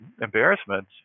embarrassment